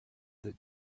that